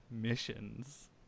missions